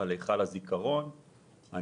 היכל הזיכרון,